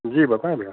जी बताये भैया